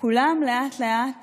כולם לאט-לאט